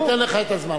אני אתן לך את הזמן.